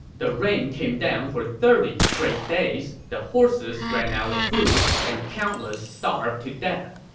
the rain came down for thirty straight days. the horses ran out of food, and countless starved to death.